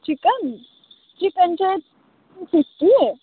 chicken chicken चाहिँ two fifty